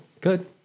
Good